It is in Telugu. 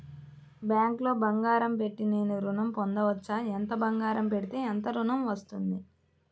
బ్యాంక్లో బంగారం పెట్టి నేను ఋణం పొందవచ్చా? ఎంత బంగారం పెడితే ఎంత ఋణం వస్తుంది?